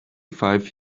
five